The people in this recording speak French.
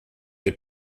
les